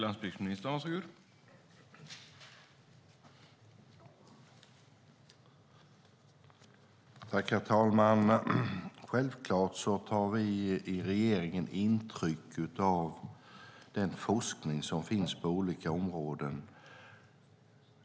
Herr talman! Självklart tar vi i regeringen intryck av den forskning som finns på olika områden.